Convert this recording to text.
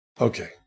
Okay